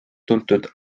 tuntud